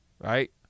right